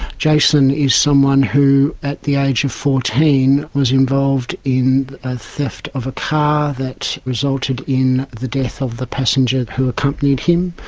jason is someone who at the age of fourteen was involved in a theft of a car that resulted in the death of the passenger who accompanied him,